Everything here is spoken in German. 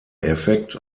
effekt